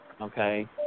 okay